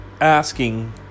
Asking